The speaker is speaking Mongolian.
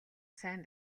сайн